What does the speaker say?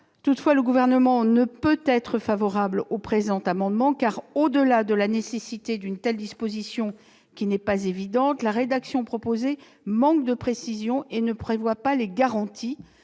Toutefois, le Gouvernement ne peut être favorable à cet amendement, car, en dehors du fait que la nécessité d'une telle disposition n'est pas établie, la rédaction proposée manque de précision et ne prévoit pas les garanties